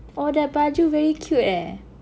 oh their baju very cute eh